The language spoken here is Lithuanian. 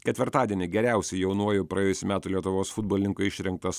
ketvirtadienį geriausiu jaunuoju praėjusių metų lietuvos futbolininku išrinktas